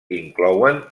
inclouen